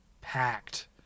packed